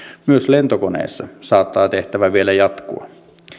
myös lentokoneessa saattaa tehtävä vielä jatkua